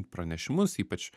pranešimus ypač